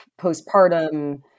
postpartum